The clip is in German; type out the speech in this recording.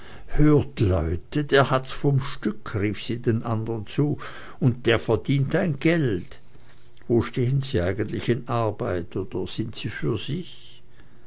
hört leute der hat's vom stück rief sie den anderen zu der verdient ein geld wo stehen sie eigentlich in arbeit oder sind sie für sich